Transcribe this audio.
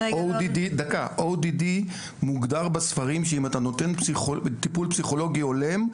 ODD מוגדר בספרים שאם אתה נותן טיפול פסיכולוגי הולם,